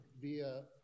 via